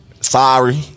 Sorry